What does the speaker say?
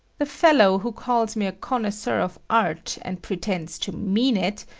the fellow who calls me a connoisseur of art and pretends to mean it,